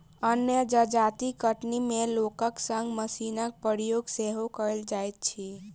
अन्य जजाति कटनी मे लोकक संग मशीनक प्रयोग सेहो कयल जाइत अछि